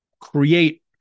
create